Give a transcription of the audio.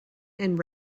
and